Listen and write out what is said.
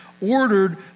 ordered